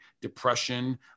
depression